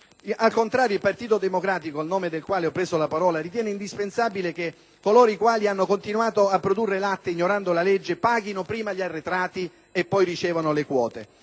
Al contrario il Partito Democratico, a nome del quale ho preso la parola, ritiene indispensabile che coloro i quali hanno continuato a produrre latte ignorando la legge paghino prima gli arretrati e poi ricevano le nuove